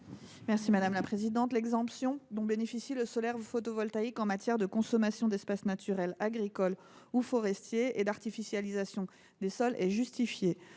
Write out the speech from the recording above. l’avis du Gouvernement ? L’exemption dont bénéficie le solaire photovoltaïque en matière de consommation d’espaces naturels, agricoles ou forestiers et d’artificialisation des sols est justifiée.